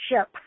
ship